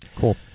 cool